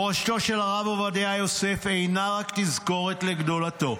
מורשתו של הרב עובדיה יוסף אינה רק תזכורת לגדולתו,